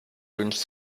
wünscht